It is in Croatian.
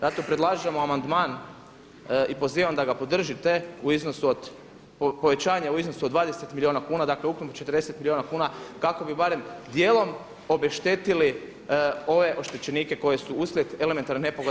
Zato predlažemo amandman i pozivam da ga podržite u iznosu od povećanja u iznosu od 20 milijuna kuna, dakle ukupno 40 milijuna kuna kako bi barem dijelom obeštetili ove oštećenike koji su uslijed elementarne nepogode.